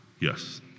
yes